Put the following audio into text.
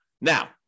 Now